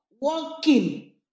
Walking